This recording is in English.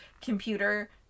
computer